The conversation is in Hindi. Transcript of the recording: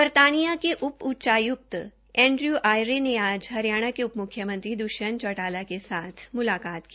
बर्तानियां के उप उच्चाय्क्त एंड्रयू आयरे ने आज हरियाणा के उप म्ख्यमंत्री द्ष्यंत चौटाला के साथ मुलाकात की